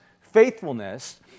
faithfulness